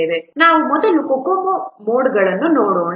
ನಾವು ಮೊದಲು COCOMO ಮೋಡ್ಗಳನ್ನು ನೋಡೋಣ